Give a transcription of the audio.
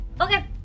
Okay